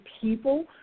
people